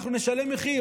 אנחנו נשלם מחיר.